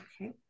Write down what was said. Okay